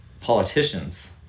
politicians